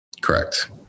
Correct